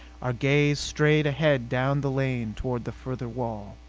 our gaze strayed ahead down the lane toward the further wall.